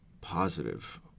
positive